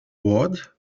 bored